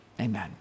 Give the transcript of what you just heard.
Amen